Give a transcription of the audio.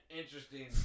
interesting